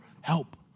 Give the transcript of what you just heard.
help